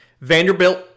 Vanderbilt